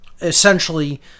essentially